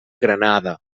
granada